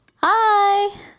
Hi